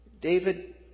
David